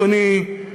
אדוני,